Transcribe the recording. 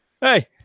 hey